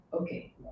okay